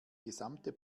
gesamte